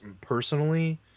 personally